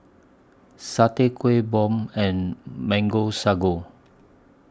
Satay Kuih Bom and Mango Sago